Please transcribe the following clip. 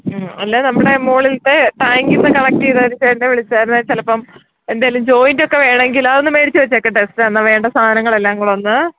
മ്മ് അല്ലെൽ നമ്മുടെ മുകളിലത്തെ ടാങ്കിൽ നിന്ന് കളക്ട് ചെയ്ത് ഒരു ചേട്ടനെ വിളിച്ചായിരുന്നു ചിലപ്പം എന്തേലും ജോയിൻറ്റൊക്കെ വേണമെങ്കിൽ അതൊന്ന് മേടിച്ച് വെച്ചേക്കട്ടെ സിസ്റ്ററെ എന്നാൽ വേണ്ട സാധങ്ങളെല്ലാ കൂടെ ഒന്ന്